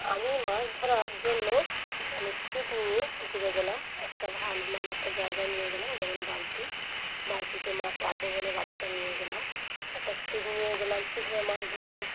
আমি মাছ ধরার জন্য মানে ছিপ নিয়ে পুকুরে গেলাম একটা ভালো মানে একটা জায়গা নিয়ে গেলাম যেমন বালতি বালতিতে মাছ রাখবো বলে বালতিটা নিয়ে গেলাম একটা ছিপ নিয়ে গেলাম কীভাবে মাছ ধরবো